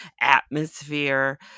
atmosphere